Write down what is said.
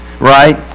Right